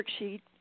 worksheet